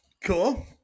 Cool